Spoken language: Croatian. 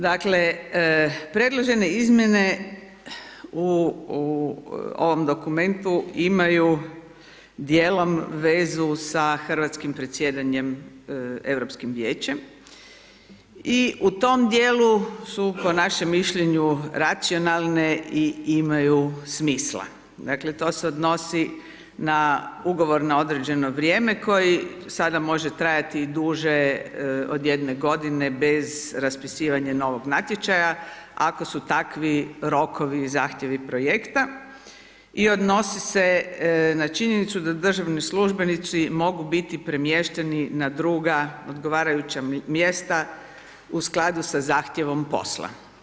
Dakle, predložene izmjene u ovom dokumentu imaju dijelom vezu sa Hrvatskim predsjedanjem Europskim vijećem i u tom dijelu su po našem mišljenju racionalne i imaju smisla, dakle to se odnosi na ugovor na određeno vrijeme koji sada može trajati i duže od 1 godine bez raspisivanja novog natječaja ako su takvi rokovi i zahtjevi projekta i odnosi se na činjenicu da državni službenici mogu biti premješteni na druga odgovarajuća mjesta u skladu sa zahtjevom posla.